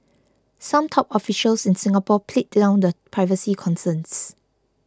some top officials in Singapore played down the privacy concerns